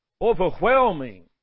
overwhelming